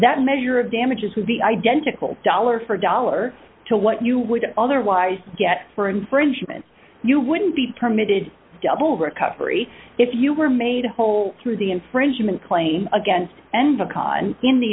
that measure of damages would be identical dollar for dollar to what you would otherwise get for infringement you wouldn't be permitted double recovery if you were made whole through the infringement claim against and